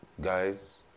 guys